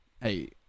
hey